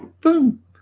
Boom